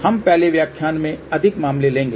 हम अगले व्याख्यान में अधिक मामले लेंगे